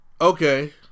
Okay